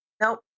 nope